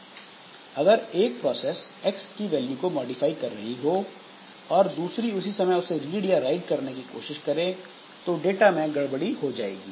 अगर एक process X की वैल्यू मॉडिफाई कर रही हो और दूसरी उसी समय उसे रीड या राइट करने की कोशिश करें तो डाटा में गड़बड़ी हो जाएगी